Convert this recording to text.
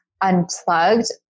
unplugged